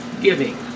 giving